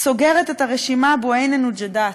סוגרת את הרשימה בועיינה-נוג'ידאת,